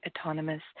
autonomous